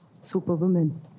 superwoman